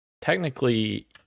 Technically